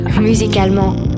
Musicalement